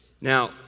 Now